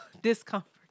Discomfort